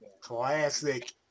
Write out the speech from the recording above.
Classic